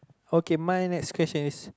okay my next question is